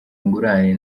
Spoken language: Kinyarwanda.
ingurane